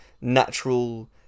natural